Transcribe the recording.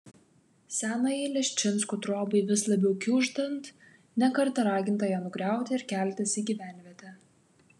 senajai leščinskų trobai vis labiau kiūžtant ne kartą raginta ją nugriauti ir keltis į gyvenvietę